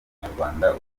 umunyarwanda